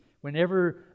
Whenever